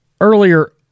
earlier